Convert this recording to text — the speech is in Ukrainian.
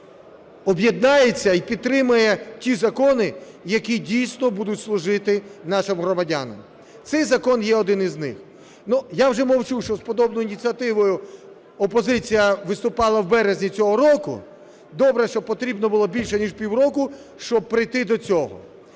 об'єднається і підтримає ті закони, які дійсно будуть служити нашим громадянам. Цей закон є один із них. Я вже мовчу, що з подібною ініціативою опозиція виступала в березні цього року. Добре, що потрібно було більше ніж півроку, щоб прийти до цього.